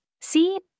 See